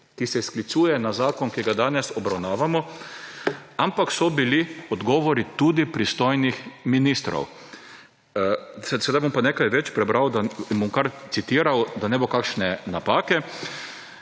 ki se sklicuje na zakon, ki ga danes obravnavamo, so bili odgovori tudi pristojnih ministrov. Sedaj bom pa nekaj več prebral in bom kar citiral, da ne bo kakšne napake.